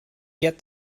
get